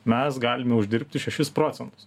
mes galime uždirbti šešis procentu